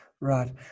Right